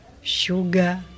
sugar